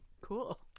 Cool